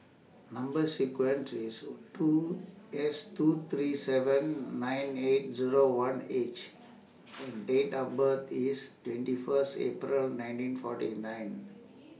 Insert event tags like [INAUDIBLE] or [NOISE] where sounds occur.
Number sequence IS [NOISE] two S two three seven nine eight Zero one H and Date of birth IS twenty First April nineteen forty nine